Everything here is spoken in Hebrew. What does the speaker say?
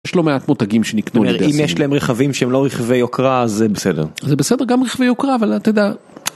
יש לא מעט מותגים שנקנו על ידי הסיניים, אם יש להם רכבים שהם לא רכבי יוקרה זה בסדר זה בסדר גם רכבי יוקרה אבל אתה יודע.